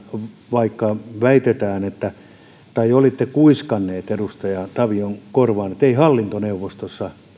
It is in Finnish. vaikka väitetään tai olitte kuiskannut edustaja tavion korvaan että ei hallintoneuvostossa